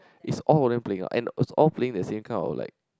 is all of them playing and is all playing the same kind of like